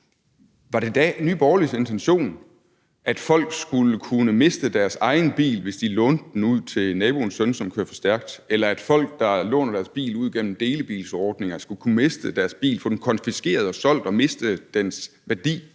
var det da Nye Borgerliges intention, at folk skulle kunne miste deres egen bil, hvis de lånte den ud til naboens søn, som kører for stærkt, eller at folk, der låner deres bil ud gennem delebilsordninger, skulle kunne miste deres bil, altså få den konfiskeret og solgt, og miste dens værdi,